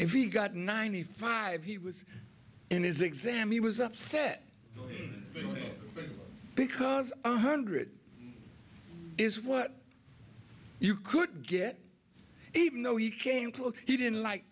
if he got ninety five he was in his exam he was upset because a hundred is what you could get even though he came close he didn't like